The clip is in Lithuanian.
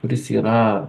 kuris yra